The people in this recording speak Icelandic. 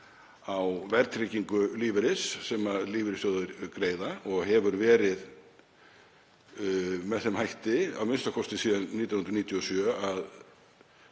á verðtryggingu lífeyris sem lífeyrissjóðir greiða og hefur verið með þeim hætti a.m.k. síðan 1997 að